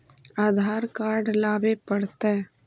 आधार card लाबे पड़तै?